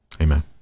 amen